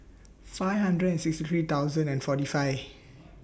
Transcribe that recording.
five hundred and sixty three thousand and forty five